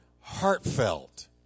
heartfelt